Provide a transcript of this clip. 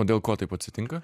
o dėl ko taip atsitinka